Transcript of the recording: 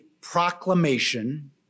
proclamation